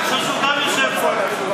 אני חושב שהוא גם יושב פה.